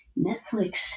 Netflix